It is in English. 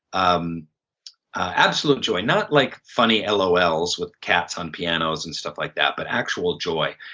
um absolute joy, not like funny lol's with cats on pianos and stuff like that, but actual joy.